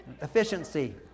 Efficiency